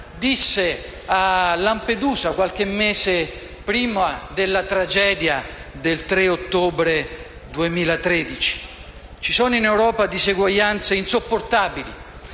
parlò a Lampedusa, qualche mese prima della tragedia del 3 ottobre 2013. Ci sono in Europa disuguaglianze insopportabili,